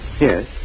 Yes